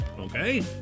okay